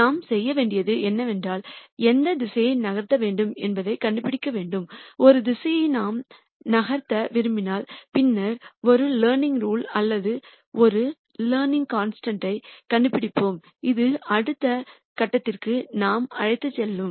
நாம் செய்ய வேண்டியது என்னவென்றால் எந்த திசையை நகர்த்த வேண்டும் என்பதைக் கண்டுபிடிக்க வேண்டும் ஒரு திசையை நாம் நகர்த்த விரும்பினால் பின்னர் ஒரு லேர்னிங்ரூல் அல்லது ஒரு லேர்னிங்மாறிலியைக் கண்டுபிடிப்போம் இது அடுத்த கட்டத்திற்கு நம்மை அழைத்துச் செல்லும்